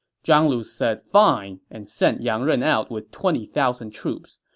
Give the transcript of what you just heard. zhang lu said fine and sent yang ren out with twenty thousand troops.